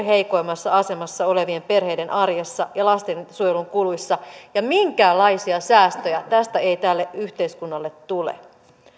heikoimmassa asemassa olevien perheiden arjessa ja lastensuojelun kuluissa ja minkäänlaisia säästöjä tästä ei tälle yhteiskunnalle tule